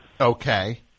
Okay